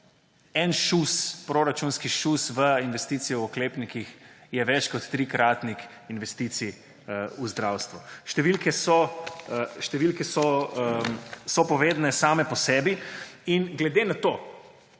en šus, proračunski šus v investicijo v oklepnike je več kot trikratnik investicij v zdravstvo. Številke so povedne same po sebi. In glede na to,